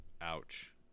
Ouch